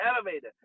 elevator